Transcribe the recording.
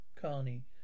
Carney